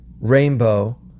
rainbow